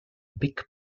big